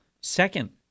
second